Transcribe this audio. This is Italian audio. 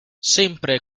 sempre